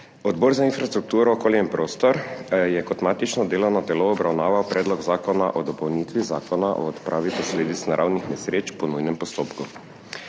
Odbor za infrastrukturo, okolje in prostor je kot matično delovno telo obravnaval Predlog zakona o dopolnitvi Zakona o odpravi posledic naravnih nesreč po nujnem postopku.